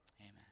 Amen